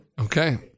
Okay